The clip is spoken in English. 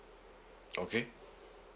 okay